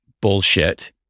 bullshit